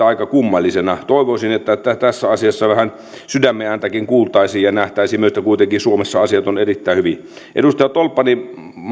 aika kummallisena toivoisin että tässä asiassa vähän sydämen ääntäkin kuultaisiin ja nähtäisiin myös että kuitenkin suomessa asiat ovat erittäin hyvin edustaja tolppanen